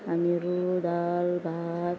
हामीहरू दाल भात